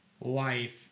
life